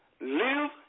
live